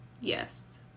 Yes